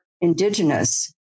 indigenous